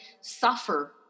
suffer